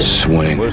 swing